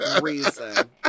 reason